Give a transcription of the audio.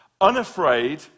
unafraid